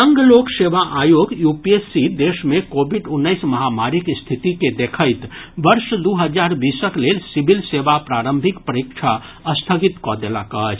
संघ लोक सेवा आयोग यूपीएससी देश मे कोविड उन्नैस महामारीक स्थिति के देखैत वर्ष दू हजार बीसक लेल सिविल सेवाक प्रारंभिक परीक्षा स्थगित कऽ देलक अछि